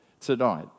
tonight